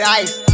ice